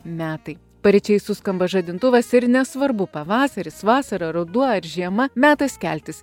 metai paryčiais suskamba žadintuvas ir nesvarbu pavasaris vasara ruduo ar žiema metas keltis